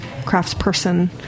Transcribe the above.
craftsperson